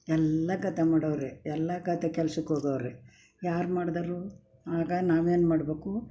ಎಲ್ಲ ಗದ್ದೆ ಮಾಡೋವ್ರೆ ಎಲ್ಲ ಗದ್ದೆ ಕೆಲ್ಸಕ್ಕೆ ಹೋಗೋವ್ರೆ ಯಾರು ಮಾಡಿದ್ರು ಆಗ ನಾವೇನು ಮಾಡಬೇಕು